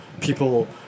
people